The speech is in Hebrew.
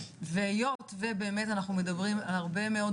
והיות ובאמת אנחנו מדברים על הרבה מאוד